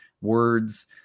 words